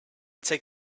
take